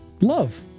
Love